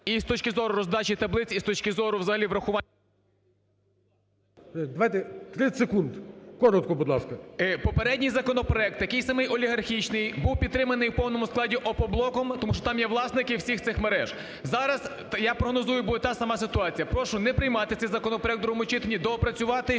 і з точки зору роздачі таблиць, і з точки зору взагалі… ГОЛОВУЮЧИЙ. Давайте 30 секунд, коротко, будь ласка. 14:04:37 ДЕРЕВ’ЯНКО Ю.Б. Попередній законопроект, такий самий олігархічний, був підтриманий у повному складі "Опоблоком", тому що там є власники всіх цих мереж. Зараз, я прогнозую, буде та сама ситуація. Прошу не приймати цей законопроект у другому читанні, доопрацювати